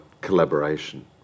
collaboration